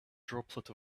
droplet